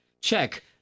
Check